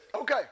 Okay